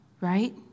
right